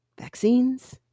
Vaccines